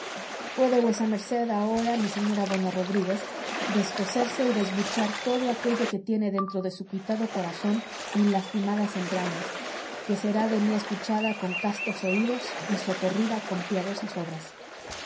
puede vuesa merced ahora mi señora doña rodríguez descoserse y desbuchar todo aquello que tiene dentro de su cuitado corazón y lastimadas entrañas que será de mí escuchada con castos oídos y socorrida con piadosas obras